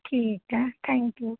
ਠੀਕ ਆ thank you